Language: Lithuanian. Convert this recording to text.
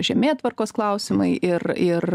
žemėtvarkos klausimai ir ir